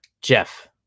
Jeff